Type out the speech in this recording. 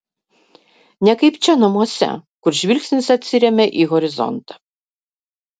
ne kaip čia namuose kur žvilgsnis atsiremia į horizontą